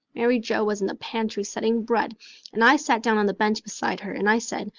mary joe was in the pantry setting bread and i sat down on the bench beside her and i said,